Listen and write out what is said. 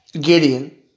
Gideon